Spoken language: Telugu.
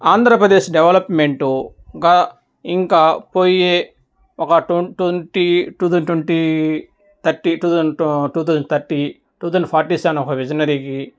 ఆంధ్రప్రదేశ్ డెవలప్మెంట్గా ఇంకా పోయే ఒక twenty twenty two thousand twenty thirty two thousand to two thousand thirty two thousand forty seven ఒక విజనరీకి